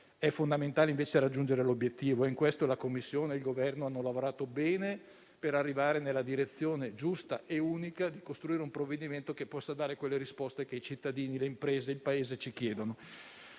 È fondamentale comunque raggiungere l'obiettivo e in questo la Commissione e il Governo hanno lavorato bene per arrivare nella direzione giusta e unica di costruire un provvedimento che possa dare le risposte che i cittadini, le imprese e il Paese ci chiedono.